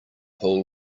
pool